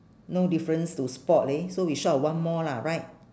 no difference to spot leh so we short of one more lah right